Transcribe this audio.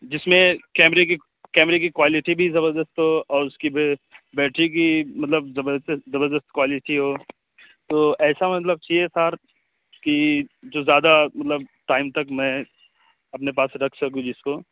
جس میں کیمرے کی کیمرے کی کوالٹی بھی زبردست ہو اور اس کی بیٹری کی مطلب زبردست کوالٹی ہو تو ایسا مطلب چاہیے سر کہ جو زیادہ مطلب ٹائم تک میں اپنے پاس رکھ سکوں جس کو